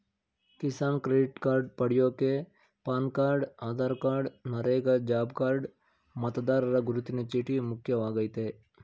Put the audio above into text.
Kisan credit card ಪಡ್ಯೋಕೆ PAN card Aadhaar card NREGA job card ಮತದಾರರ ಗುರುತಿನ ಚೀಟಿ ಮುಖ್ಯವಾಗಯ್ತೆ